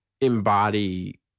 embody